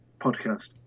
podcast